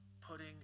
putting